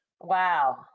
Wow